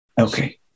Okay